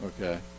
Okay